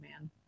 man